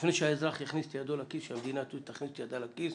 שלפני שהאזרח מכניס את ידו לכיס המדינה תכניס את ידה לכיס